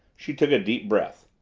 she took a deep breath.